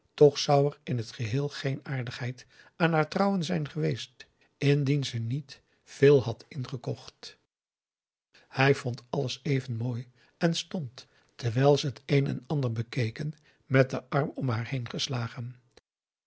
toch zou er in t geheel geen aardigheid aan haar trouwen zijn geweest indien ze niet veel had ingekocht hij vond alles even mooi en stond terwijl ze t een en ander bekeken met den arm om haar heen geslagen